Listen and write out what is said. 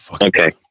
Okay